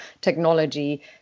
technology